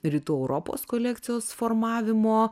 rytų europos kolekcijos formavimo